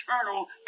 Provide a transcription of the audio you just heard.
eternal